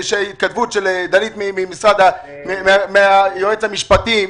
התכתבות עם דנית מהמשנה ליועץ המשפטי,